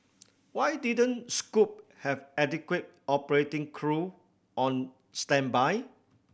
why didn't Scoot have adequate operating crew on standby